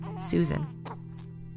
Susan